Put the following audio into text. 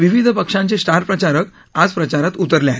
विविध पक्षांचे स्टार प्रचारक आज प्रचारात उतरले आहेत